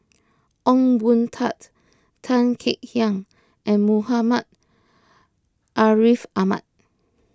Ong Boon Tat Tan Kek Hiang and Muhammad Ariff Ahmad